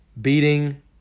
beating